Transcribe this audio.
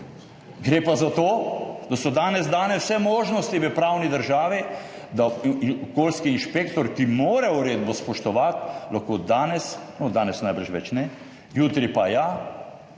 Gre pa za to, da so danes dane vse možnosti v pravni državi, da okoljski inšpektor, ki mora uredbo spoštovati, lahko danes – no, danes najbrž več ne, jutri pa ja